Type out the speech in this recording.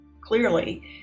clearly